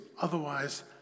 Otherwise